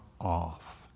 off